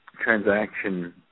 transaction